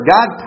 God